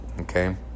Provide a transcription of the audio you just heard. okay